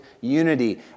unity